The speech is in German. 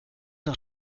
doch